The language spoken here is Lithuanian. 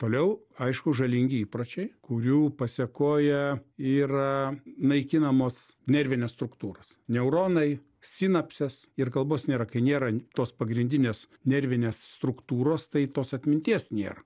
toliau aišku žalingi įpročiai kurių pasekoje yra naikinamos nervinės struktūros neuronai sinapsės ir kalbos nėra kai nėra tos pagrindinės nervinės struktūros tai tos atminties nėra